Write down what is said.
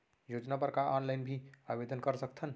योजना बर का ऑनलाइन भी आवेदन कर सकथन?